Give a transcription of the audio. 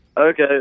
Okay